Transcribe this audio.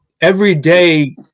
everyday